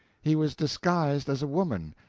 he was disguised as a woman,